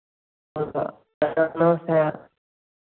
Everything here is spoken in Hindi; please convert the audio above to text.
अनानास है और